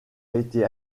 été